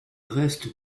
reste